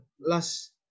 last